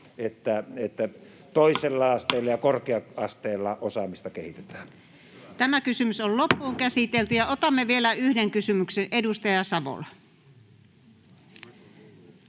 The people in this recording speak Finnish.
että toisella asteella ja korkea-asteella osaamista kehitetään. Otamme vielä yhden kysymyksen. — Edustaja Savola.